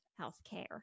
healthcare